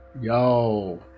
Yo